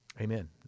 Amen